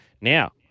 Now